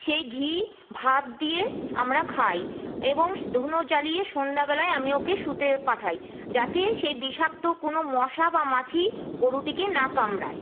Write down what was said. সেই ঘি ভাত দিয়ে আমরা খাই এবং ধুনো জ্বালিয়ে সন্ধ্যাবেলায় আমি ওকে শুতে পাঠাই যাতে সেই বিষাক্ত কোনও মশা বা মাছি গরুটিকে না কামড়ায়